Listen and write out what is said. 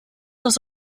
das